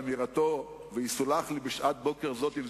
חבריו בקואליציה ימדדו לו במידה שהוא מודד